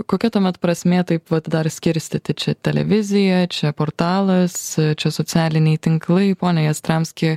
kokia tuomet prasmė taip vat dar skirstyti čia televizija čia portalas čia socialiniai tinklai pone jastramski